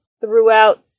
throughout